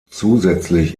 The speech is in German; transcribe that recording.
zusätzlich